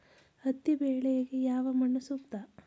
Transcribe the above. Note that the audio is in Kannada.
ಹತ್ತಿ ಬೆಳೆಗೆ ಯಾವ ಮಣ್ಣು ಸೂಕ್ತ?